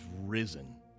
risen